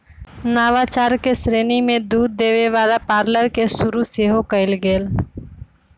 नवाचार के श्रेणी में दूध देबे वला पार्लर के शुरु सेहो कएल गेल